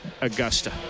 augusta